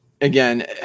Again